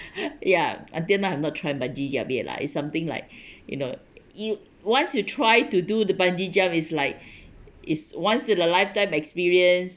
ya until now I'm not trying bungee jump yet lah it's something like you know you once you try to do the bungee jump is like is once in a lifetime experience